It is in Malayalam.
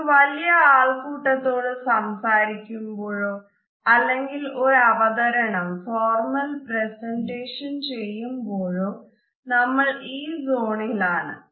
ഒരു വല്യ ആൾക്കൂട്ടത്തോട് സംസാരിക്കുമ്പോഴോ അല്ലെങ്കിൽ ഒരു അവതരണം ചെയ്യുമ്പോഴോ നമ്മൾ ഈ സോണിൽ ആണ്